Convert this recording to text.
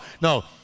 no